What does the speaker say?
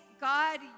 god